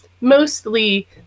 mostly